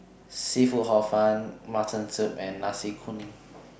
Seafood Hor Fun Mutton Soup and Nasi Kuning